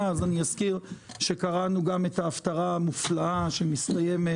אז אני אזכיר שגם קראנו את ההפטרה המופלאה שמסתיימת